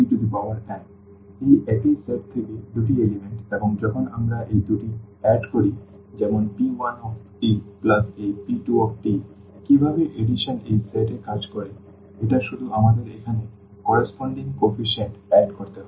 সুতরাং এই একই সেট থেকে দুটি উপাদান এবং যখন আমরা এই দুটি যোগ করি যেমন p1 প্লাস এই p2 কিভাবে সংযোজন এই সেট এ কাজ করে এটা শুধু আমাদের এখানে কর্রেসপন্ডিং কোএফিসিয়েন্ট যোগ করতে হবে